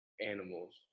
animals